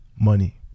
Money